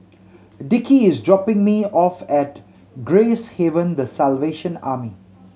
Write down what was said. Dickie is dropping me off at Gracehaven The Salvation Army